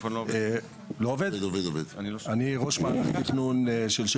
אני כבר 22 שנה בתפקיד של ראש מערך תכנון,